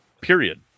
period